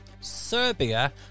Serbia